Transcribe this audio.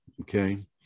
okay